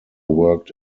worked